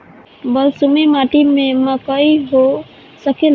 बलसूमी माटी में मकई हो सकेला?